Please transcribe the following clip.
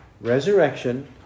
resurrection